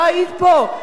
לא היית פה,